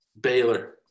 Baylor